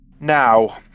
now